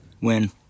Win